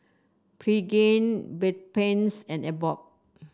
Pregain Bedpans and Abbott